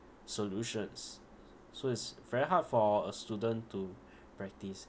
solutions so it's very hard for a student to practise